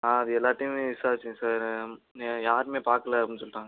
ஆ அது எல்லோர்ட்டையுமே விசாரிச்சேன் சார் யாருமே பார்க்கல அப்படின்னு சொல்லிட்டாங்கள் சார்